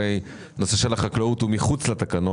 הרי הוא מחוץ לתקנות.